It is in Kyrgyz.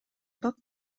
бак